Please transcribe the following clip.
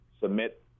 submit